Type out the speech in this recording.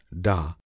Da